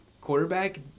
quarterback